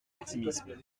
optimisme